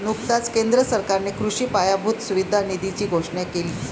नुकताच केंद्र सरकारने कृषी पायाभूत सुविधा निधीची घोषणा केली